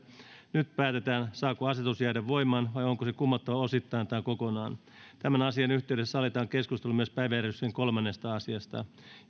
nyt päätetään saako asetus jäädä voimaan vai onko se kumottava osittain tai kokonaan tämän asian yhteydessä sallitaan keskustelu myös päiväjärjestyksen kolmannesta asiasta